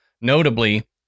notably